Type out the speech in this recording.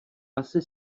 asi